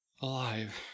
alive